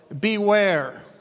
beware